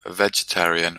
vegetarian